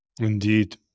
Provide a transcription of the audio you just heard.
Indeed